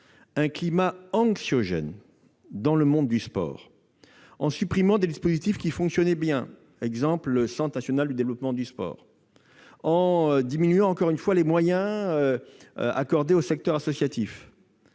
un climat anxiogène dans le monde du sport en supprimant des dispositifs qui fonctionnaient bien, comme le Centre national pour le développement du sport, en diminuant les moyens accordés au secteur associatif,